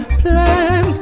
plan